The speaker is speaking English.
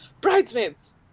Bridesmaids